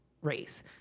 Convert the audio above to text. race